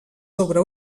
sobre